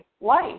life